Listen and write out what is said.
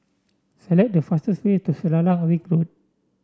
select the fastest way to Selarang Ring Road